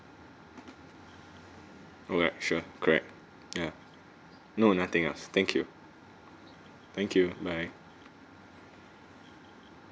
alright sure correct ya no nothing else thank you thank you bye